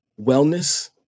wellness